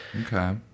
Okay